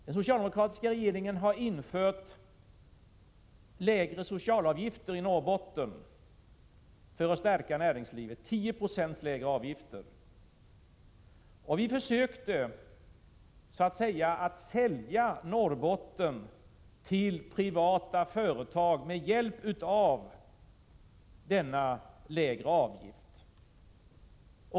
Den socialdemokratiska regeringen har infört lägre socialavgifter i Norrbotten för att stärka näringslivet där. Avgifterna är nu 10 96 lägre. Vi försökte så att säga att sälja Norrbotten till privata företag med hjälp av denna lägre avgift.